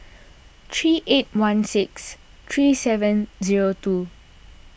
three eight one six three seven zero two